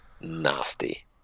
Nasty